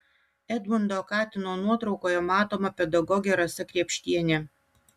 edmundo katino nuotraukoje matoma pedagogė rasa krėpštienė